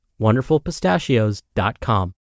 wonderfulpistachios.com